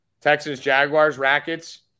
Texas-Jaguars-Rackets